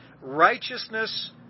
Righteousness